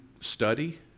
study